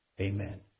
Amen